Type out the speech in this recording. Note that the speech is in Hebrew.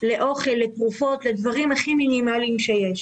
יש לה לאוכל, לתרופות, לדברים הכי מינימליים שיש.